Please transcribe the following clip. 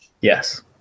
Yes